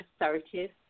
assertive